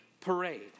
parade